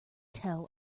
tell